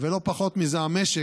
ולא פחות מזה המשק,